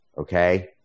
okay